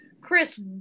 Chris